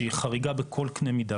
שהיא חריגה בכל קנה מידה,